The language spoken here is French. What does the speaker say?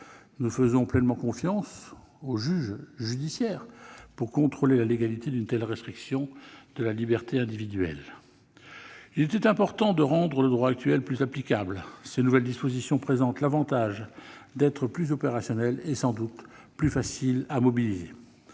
Nous faisons pleinement confiance au juge judiciaire pour contrôler la légalité d'une telle limitation de la liberté individuelle. Il était important de rendre le droit actuel plus applicable. Ces nouvelles dispositions présentent l'avantage d'être plus opérationnelles et sans doute plus faciles à mobiliser.